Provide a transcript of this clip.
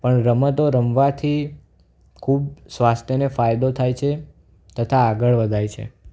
પણ રમતો રમવાથી ખૂબ સ્વાસ્થ્યને ફાયદો થાય છે તથા આગળ વધાય છે